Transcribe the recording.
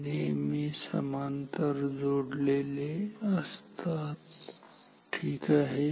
हे नेहमी समांतर जोडलेले असतात ठीक आहे